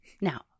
Now